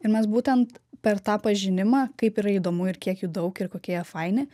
ir mes būtent per tą pažinimą kaip yra įdomu ir kiek jų daug ir kokie jie faini